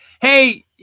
Hey